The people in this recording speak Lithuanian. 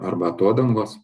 arba atodangos